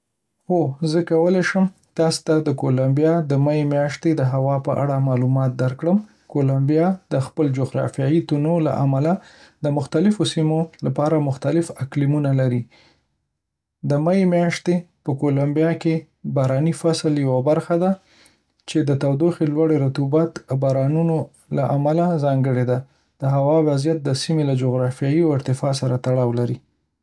هو، زه کولی شم تاسو ته د کولمبیا د می میاشتې د هوا په اړه معلومات درکړم. کولمبیا د خپل جغرافیایي تنوع له امله د مختلفو سیمو لپاره مختلف اقلیمونه لري. د می میاشت په کولمبیا کې د باراني فصل یوه برخه ده، چې د تودوخې، لوړې رطوبت، او بارانونو له امله ځانګړې ده. د هوا وضعیت د سیمې له جغرافیې او ارتفاع سره تړاو لري.